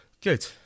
Good